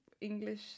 English